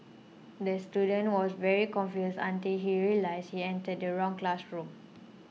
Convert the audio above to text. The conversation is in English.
the student was very confused until he realised he entered the wrong classroom